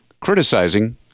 criticizing